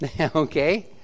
okay